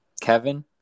Kevin